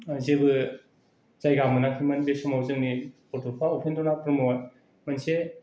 जेबो जायगा मोनाखैमोन बे समाव जोंनि बड'फा उपेन्द्रनाथ ब्रह्मआ मोनसे